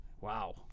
Wow